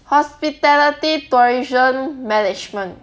hospitality tourism management